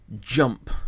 jump